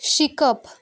शिकप